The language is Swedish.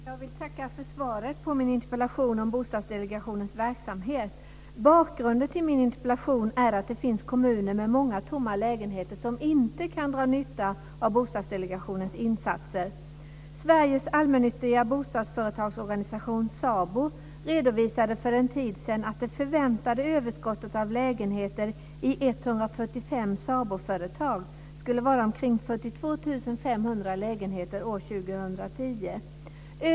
Fru talman! Jag vill tacka för svaret på min interpellation om Bostadsdelegationens verksamhet. Bakgrunden till min interpellation är att det finns kommuner med många tomma lägenheter som inte kan dra nytta av Bostadsdelegationens insatser. Sveriges Allmännyttiga Bostadsföretag, SABO, redovisade för en tid sedan att det förväntade överskottet av lägenheter i 145 SABO-företag skulle vara omkring 42 500 lägenheter år 2010.